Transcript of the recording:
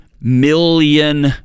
million